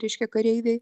reiškia kareiviai